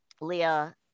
Leah